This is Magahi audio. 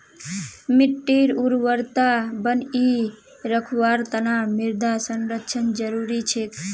मिट्टीर उर्वरता बनई रखवार तना मृदा संरक्षण जरुरी छेक